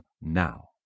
now